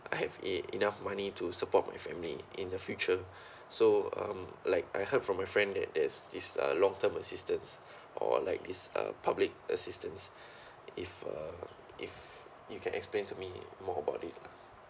I have enough money to support my family in the future so um like I heard from my friend that there's this uh long term assistance or like this uh public assistance if uh if you can explain to me more about it lah